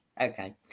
Okay